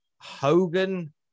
Hogan